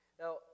Now